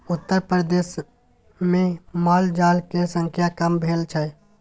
उत्तरप्रदेशमे मालजाल केर संख्या कम भेल छै